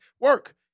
work